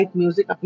music